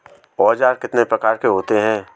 औज़ार कितने प्रकार के होते हैं?